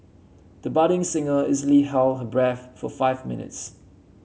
the budding singer easily held her breath for five minutes